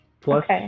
plus